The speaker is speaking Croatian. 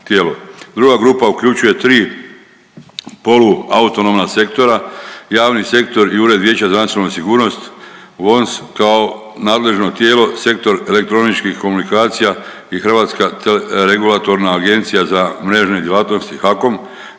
Druga grupa uključuje tri polu autonomna sektora – javni sektor i Ured vijeća za nacionalnu sigurnost VONS kao nadležno tijelo Sektor elektroničkih komunikacija i Hrvatska regulatorna agencija za mrežne djelatnosti HAKOM